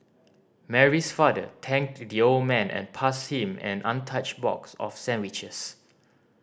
Mary's father thanked the old man and passed him an untouched box of sandwiches